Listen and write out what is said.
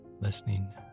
listening